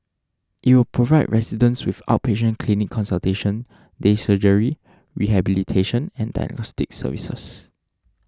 it will provide residents with outpatient clinic consultation day surgery rehabilitation and diagnostic services